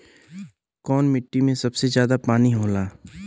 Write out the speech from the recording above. कौन मिट्टी मे सबसे ज्यादा पानी होला?